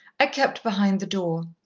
i kept behind the door.